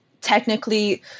technically